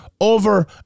over